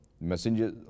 messenger